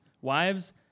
Wives